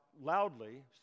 loudly